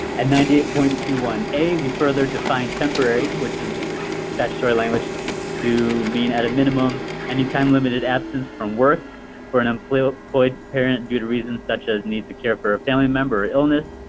and ninety eight point two one a we further define temporary which is is statutory language to mean at a minimum any time-limited absence from work for an employed employed parent due to reasons such as need to care for a family member or illness,